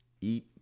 eat